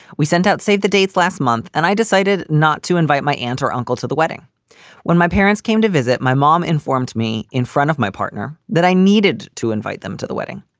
we sent out save the dates last month and i decided not to invite my aunt or uncle to the wedding when my parents came to visit. my mom informed me in front of my partner that i needed to invite them to the wedding.